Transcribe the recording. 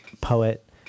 poet